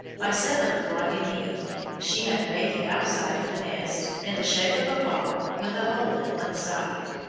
by seven o'clock in the evening she had made the outside of the nest, in the shape of a ball with a hole in one side.